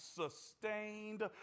sustained